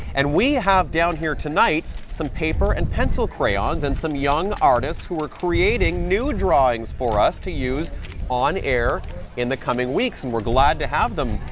and we have down here tonight some paper and pencil crayons and some young artists who are creating new drawings for us to use on air in the coming weeks, and we're glad to have them,